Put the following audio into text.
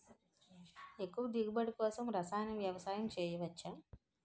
ఎక్కువ దిగుబడి కోసం రసాయన వ్యవసాయం చేయచ్చ?